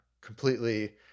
completely